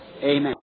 Amen